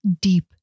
deep